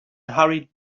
hurried